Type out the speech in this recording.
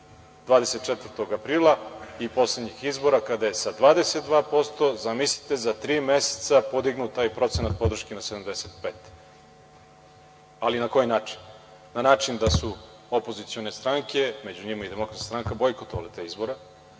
24. aprila i poslednjih izbora, kada je sa 22%, zamislite, za tri meseca podignut taj procenat podrške na 75%. Ali, na koji način? Na način da su opozicione stranke, među njima i Demokratska stranka, bojkotovale te izbore,